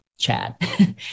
Chad